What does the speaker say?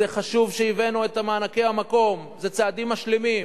זה חשוב שהבאנו את מענקי המקום, זה צעדים משלימים.